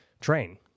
train